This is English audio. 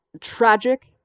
tragic